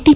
T